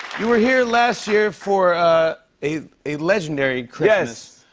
you were here last year for a a legendary christmas. yes.